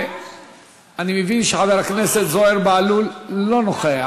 אני מבין שחבר הכנסת זוהיר בהלול אינו נוכח,